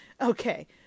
okay